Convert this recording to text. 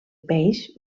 peix